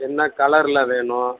என்ன கலரில் வேணும்